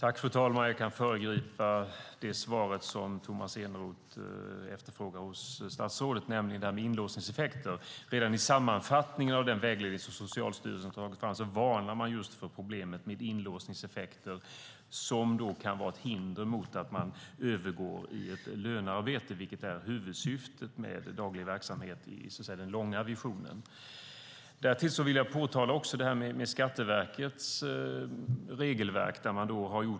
Fru talman! Jag kan föregripa det svar som Tomas Eneroth efterfrågar hos statsrådet, nämligen detta med inlåsningseffekter. Redan i sammanfattningen av den vägledning som Socialstyrelsen har tagit fram varnas det just för problemet med inlåsningseffekter, som kan vara ett hinder mot att man övergår i ett lönearbete, vilket är huvudsyftet med daglig verksamhet i den långa visionen. Därtill vill jag påtala Skatteverkets regelverk.